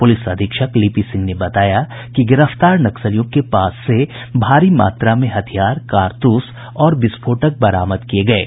police अधीक्षक लिपी सिंह ने बताया कि गिरफ्तार नक्सलियों के पास से भारी मात्रा में हथियार कारतूस और विस्फोटक बरामद किये गये हैं